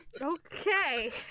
Okay